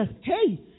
hey